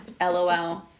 LOL